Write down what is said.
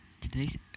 Today's